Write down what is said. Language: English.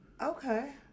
Okay